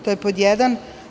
To je pod jedan.